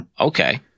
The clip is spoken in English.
okay